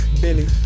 Billy